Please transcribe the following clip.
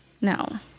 No